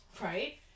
Right